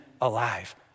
alive